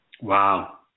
Wow